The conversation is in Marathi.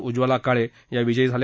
उज्ज्वला काळे विजयी झाल्या